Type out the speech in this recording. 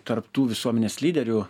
tarp tų visuomenės lyderių